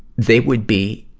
they would be,